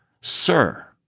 Sir